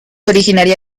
originaria